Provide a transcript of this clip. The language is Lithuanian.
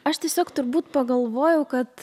aš tiesiog turbūt pagalvojau kad